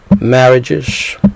marriages